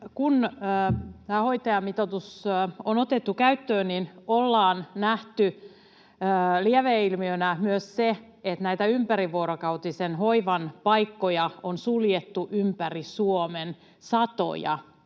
tämä hoitajamitoitus on otettu käyttöön, ollaan nähty lieveilmiönä myös se, että näitä ympärivuorokautisen hoivan paikkoja on suljettu ympäri Suomen satoja,